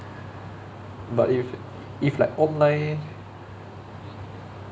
but if if like online